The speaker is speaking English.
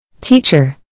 Teacher